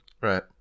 Right